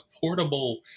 portable